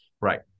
Right